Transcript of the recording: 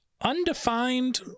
undefined